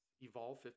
Evolve